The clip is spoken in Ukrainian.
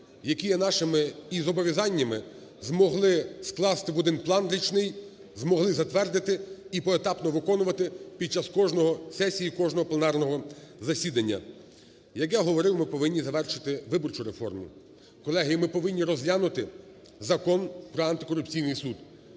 які є нашими і зобов'язаннями, змогли скласти в один план річний, змогли затвердити і поетапно виконувати під час сесії кожного пленарного засідання. Як я говорив, ми повинні завершити виборчу реформу. Колеги, і ми повинні розглянути Закон про Антикорупційний суд.